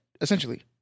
essentially